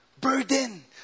Burden